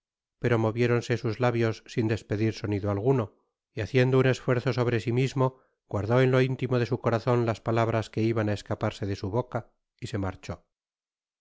pero moviéronse sus labios sin despedir sonido alguno y haciendo un esfuerzo sobre si mismo guardó en lo intimo de su corazon las palabras que iban á escaparse de su boca y se marchó